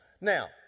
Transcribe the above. Now